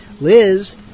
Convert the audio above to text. Liz